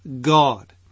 God